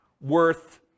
worth